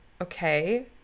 Okay